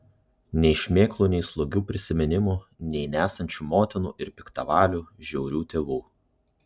nei šmėklų nei slogių prisiminimų nei nesančių motinų ir piktavalių žiaurių tėvų